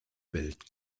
bellt